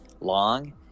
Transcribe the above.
long